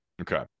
Okay